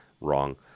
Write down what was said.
wrong